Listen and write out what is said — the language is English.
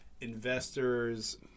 investors